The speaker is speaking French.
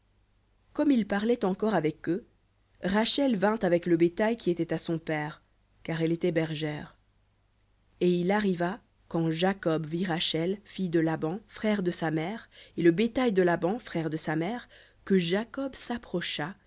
comme il parlait encore avec eux rachel vint avec le bétail qui était à son père car elle était bergère et il arriva quand jacob vit rachel fille de laban frère de sa mère et le bétail de laban frère de sa mère que jacob s'approcha